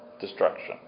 destruction